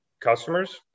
customers